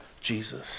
Jesus